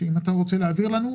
אם אתה רוצה להעביר לנו,